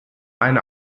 eine